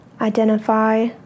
identify